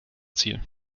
ziel